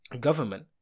government